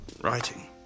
writing